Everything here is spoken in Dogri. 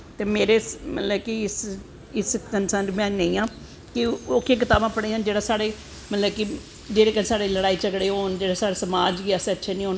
मेरे मतलव कि इस कनसर्न में नेंई आं कि ओह्कियां कताबां पढ़ियां नेंई जान मतलव कि जेह्दे कन्नैं साढ़े लड़ाई झगड़े होन